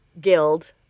guild